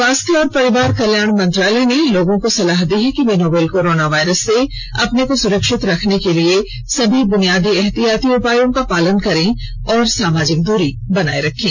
स्वास्थ्य और परिवार कल्याण मंत्रालय ने लोगों को सलाह दी है कि वे नोवल कोरोना वायरस से अपने को सुरक्षित रखने के लिए सभी बुनियादी एहतियाती उपायों का पालन करें और सामाजिक दूरी बनाए रखें